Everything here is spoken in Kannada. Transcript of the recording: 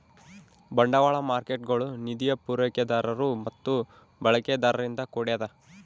ಬಂಡವಾಳ ಮಾರ್ಕೇಟ್ಗುಳು ನಿಧಿಯ ಪೂರೈಕೆದಾರರು ಮತ್ತು ಬಳಕೆದಾರರಿಂದ ಕೂಡ್ಯದ